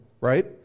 right